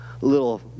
little